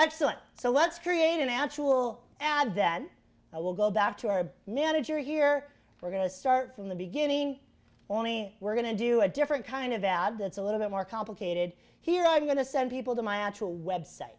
actual ad then i will go back to our manager here we're going to start from the beginning only we're going to do a different kind of ad that's a little bit more complicated here i'm going to send people to my actual website